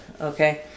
Okay